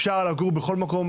אפשר לגור בכל מקום.